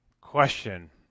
Question